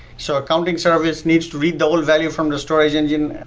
so accounting service needs to read the whole value from the storage engine,